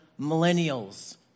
millennials